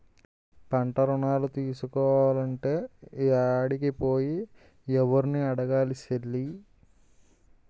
పంటరుణాలు తీసుకోలంటే యాడికి పోయి, యెవుర్ని అడగాలి సెల్లీ?